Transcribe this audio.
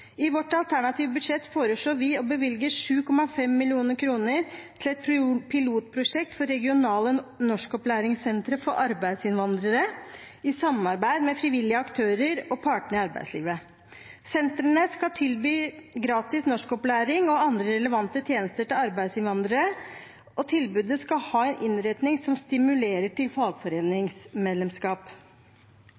I vårt alternative budsjett foreslår vi å bevilge 7,5 mill. kr til et pilotprosjekt for regionale norskopplæringssentre for arbeidsinnvandrere, i samarbeid med frivillige aktører og partene i arbeidslivet. Sentrene skal tilby gratis norskopplæring og andre relevante tjenester til arbeidsinnvandrere, og tilbudene skal ha en innretning som stimulerer til